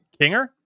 Kinger